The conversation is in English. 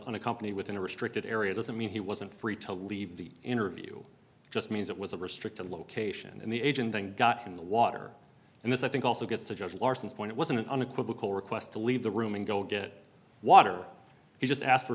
on a company within a restricted area doesn't mean he wasn't free to leave the interview just means it was a restricted location and the agent thing got in the water and this i think also gets to judge larson's point it wasn't an unequivocal request to leave the room and go get water he just asked for